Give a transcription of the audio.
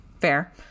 Fair